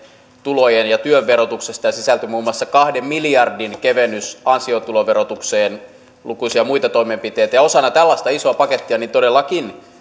tulojen ja työn verotuksesta se sisältää muun muassa kahden miljardin kevennyksen ansiotuloverotukseen ja lukuisia muita toimenpiteitä ja osana tällaista isoa pakettia todellakin